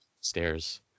stairs